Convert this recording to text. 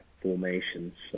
formations